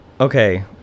Okay